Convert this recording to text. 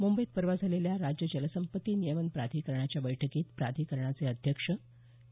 मुंबईत परवा झालेल्या राज्य जलसंपत्ती नियमन प्राधिकरणाच्या बैठकीत प्राधिकरणाचे अध्यक्ष के